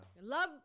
Love